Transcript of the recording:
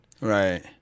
Right